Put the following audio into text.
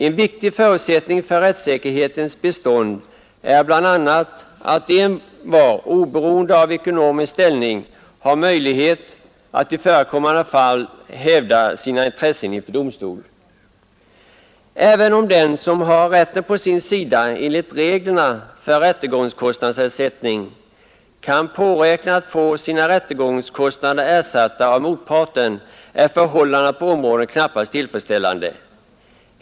En viktig förutsättning för rättssäkerhetens bestånd är bl.a. att envar — oberoende av ekonomisk ställning — har möjlighet att i förekommande fall hävda sina intressen inför domstol. Även om den som har rätten på sin sida enligt reglerna för rättegångskostnadsersättning kan påräkna att få sina rättegångskostnader ersatta av motparten, är förhållandena på området knappast tillfredsställande.